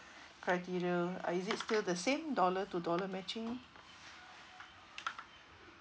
criteria uh is it still the same dollar to dollar matching